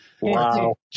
Wow